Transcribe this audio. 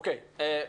או.קיי.